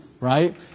right